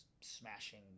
smashing